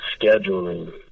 scheduling